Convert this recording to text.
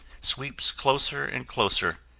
sweeps closer and closer,